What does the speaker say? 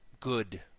good